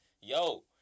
Yo